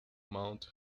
mount